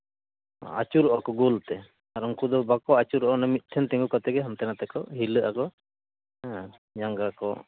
ᱟᱹᱪᱩᱨᱚᱜᱼᱟᱠᱚ ᱜᱳᱞ ᱛᱮ ᱟᱨ ᱩᱱᱠᱩ ᱫᱚ ᱵᱟᱠᱚ ᱟᱹᱪᱩᱨᱚᱜᱼᱟ ᱢᱤᱫ ᱴᱷᱮᱱ ᱛᱤᱸᱜᱩ ᱠᱟᱛᱮᱫ ᱜᱮ ᱦᱟᱱᱛᱮ ᱱᱟᱛᱮ ᱠᱚ ᱦᱤᱞᱟᱹᱜᱼᱟᱠᱚ ᱦᱮᱸ ᱡᱟᱸᱜᱟ ᱠᱚ